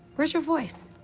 where's your voice?